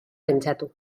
pentsatu